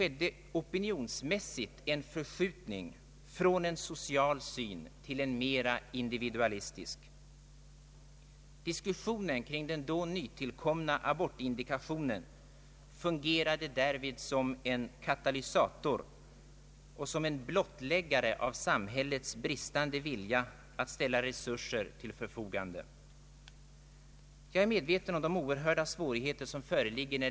De lokala utredningarna och kontakterna med kvinnan har kanske stundom skett summariskt. Det kan bero på att kuratorer och psykiatrer ibland kan känna sig utlämnade åt socialstyrelsens som många menar alltför summariska handläggning.